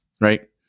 right